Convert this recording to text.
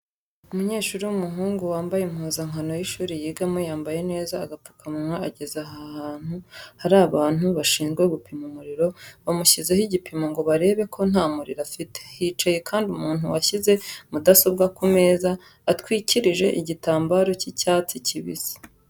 Umunyeshuri w'umuhungu wambaye impuzankano y'ishuri yigamo yambaye neza agapfukamunwa ageze ahantu hari abantu bashinzwe gupima umuriro bamushyizeho igipimo ngo barebe ko nta muriro afite, hicaye kandi umuntu washyize mudasobwa ku meza atwikirije igitambaro cy'icyatsi kibisi.